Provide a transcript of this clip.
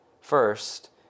first